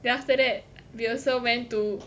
then after that we also went to